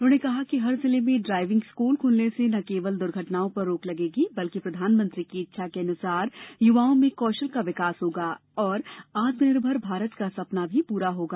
उन्होंने कहा की हर जिले में ड्राइविंग स्कूल खुलने से न केवल दुर्घटनाओं रोक लगेगी बल्कि प्रधानमंत्री की इच्छा के अनुसार युवाओं में कौशल का विकास होगा और आत्मनिर्भर भारत का सपना भी पूरा होगा